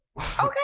Okay